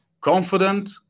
confident